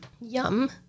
Yum